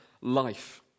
life